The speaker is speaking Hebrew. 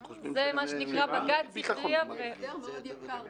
זה מה שנקרא בג"ץ הכריע --- זה הסדר מאוד יקר